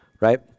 Right